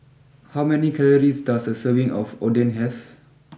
how many calories does a serving of Oden have